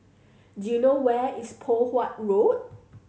do you know where is Poh Huat Road